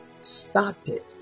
started